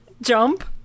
jump